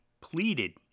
pleaded